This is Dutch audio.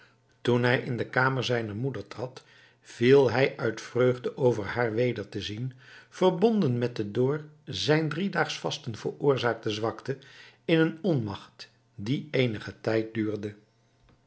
toen hij in de kamer zijner moeder trad viel hij uit vreugde over het wederzien verbonden met de door zijn driedaagsch vasten veroorzaakte zwakte in een onmacht die eenigen tijd duurde